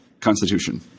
Constitution